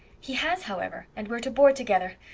he has, however, and we're to board together.